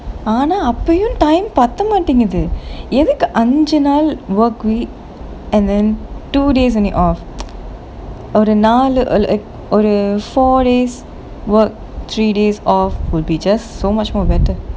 ஆனா அப்பயும்:aanaa appayum time பத்தமாட்டீங்குது எதுக்கு அஞ்சு நாள்:pathamaatinguthu ethuku anju naal work week and then two days only off ஒரு நாள் ஒரு ஒரு ஒரு:oru naal oru oru oru four days work three days off would be just so much more better